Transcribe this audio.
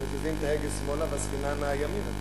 הם מזיזים את ההגה שמאלה, והספינה נעה ימינה,